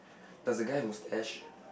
does the guy have mustache